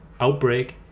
outbreak